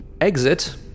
exit